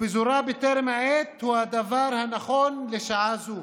ופיזורה בטרם עת הוא הדבר הנכון לשעה זו